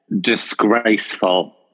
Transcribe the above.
Disgraceful